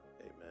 Amen